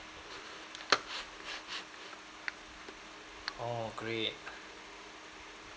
oh great